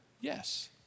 yes